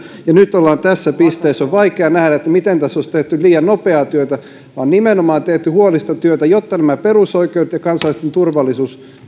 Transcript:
ja nyt ollaan tässä pisteessä on vaikea nähdä miten tässä olisi tehty liian nopeaa työtä vaan nimenomaan on tehty huolellista työtä jotta nämä perusoikeudet ja kansalaisten turvallisuus